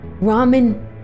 ramen